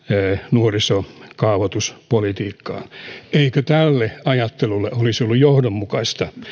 nuoriso ja kaavoituspolitiikkaan eikö tälle ajattelulle olisi ollut johdonmukaista